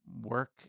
work